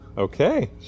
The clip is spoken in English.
Okay